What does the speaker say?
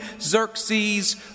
Xerxes